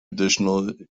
additional